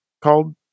called